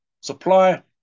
supply